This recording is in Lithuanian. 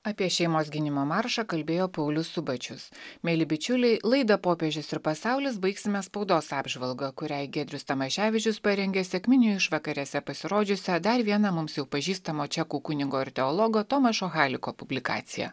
apie šeimos gynimą maršą kalbėjo paulius subačius mieli bičiuliai laidą popiežius ir pasaulis baigsime spaudos apžvalgą kuriai giedrius tamaševičius parengė sekminių išvakarėse pasirodžiusią dar vieną mums jau pažįstamo čekų kunigo ir teologo tomašo haliko publikaciją